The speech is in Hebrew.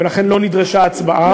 ולכן לא נדרשה הצבעה.